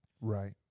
Right